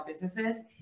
businesses